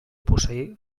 posseir